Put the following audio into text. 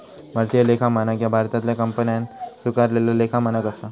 भारतीय लेखा मानक ह्या भारतातल्या कंपन्यांन स्वीकारलेला लेखा मानक असा